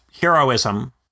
heroism